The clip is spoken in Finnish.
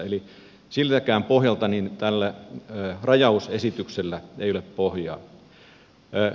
eli siltäkään pohjalta tällä rajausesityksellä ei ole pohjaa